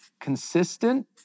consistent